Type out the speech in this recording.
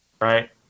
right